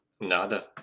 Nada